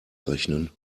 rechnen